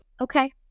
okay